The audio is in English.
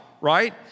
right